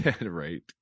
Right